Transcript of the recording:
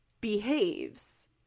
behaves